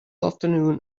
afternoon